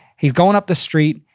he's going up the street,